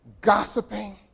gossiping